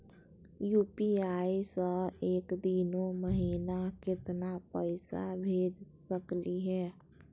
UPI स एक दिनो महिना केतना पैसा भेज सकली हे?